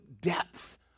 depth